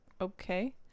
okay